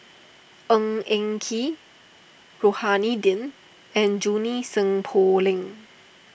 Ng Eng Kee Rohani Din and Junie Sng Poh Leng